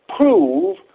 Prove